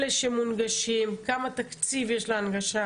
אלה שמונגשים, כמה תקציב יש להנגשה?